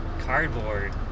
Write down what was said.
cardboard